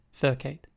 furcate